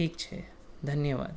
ઠીક છે ધન્યવાદ